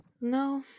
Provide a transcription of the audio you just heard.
no